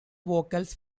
vocals